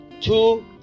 two